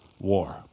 War